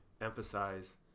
emphasize